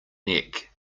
neck